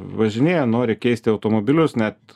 važinėja nori keisti automobilius net